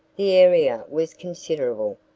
the area was considerable,